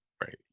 right